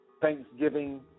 Thanksgiving